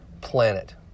planet